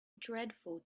dreadful